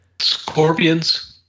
Scorpions